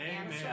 Amen